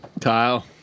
Kyle